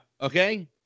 Okay